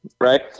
right